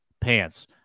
pants